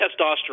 testosterone